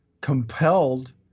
compelled